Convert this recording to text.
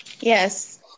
Yes